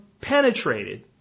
penetrated